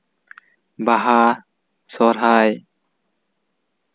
ᱵᱟᱦᱟ ᱥᱚᱦᱨᱟᱭ